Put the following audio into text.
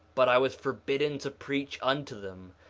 but i was forbidden to preach unto them,